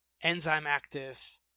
enzyme-active